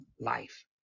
life